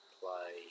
play